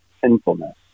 sinfulness